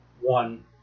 one